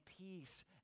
peace